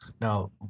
now